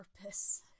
purpose